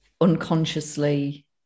unconsciously